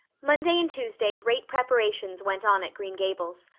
monday and tuesday great preparations went on at green gables.